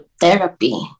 therapy